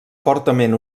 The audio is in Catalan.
fortament